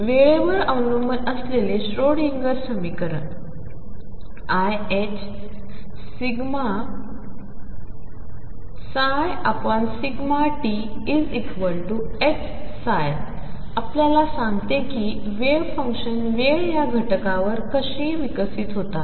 तर वेळेवरअवलंबूनअसलेलेश्रोडिंगरसमीकरण iℏ∂ψ∂tHआपल्यालासांगतेकीवेव्हफंक्शन्सवेळयाघटकावरकशीविकसितहोतात